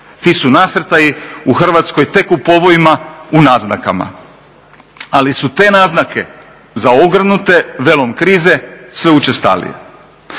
Ti su nasrtaji u Hrvatskoj tek u povojima, u naznakama, ali su te naznake zaogrnute velom krize sve učestalije.